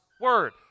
word